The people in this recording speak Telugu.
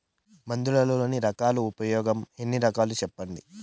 మందులలోని రకాలను ఉపయోగం ఎన్ని రకాలు? సెప్పండి?